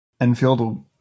Enfield